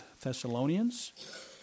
Thessalonians